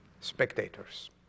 spectators